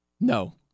No